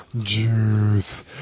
Juice